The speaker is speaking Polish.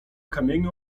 kamieniu